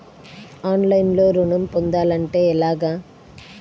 ఆన్లైన్లో ఋణం పొందాలంటే ఎలాగా?